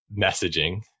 messaging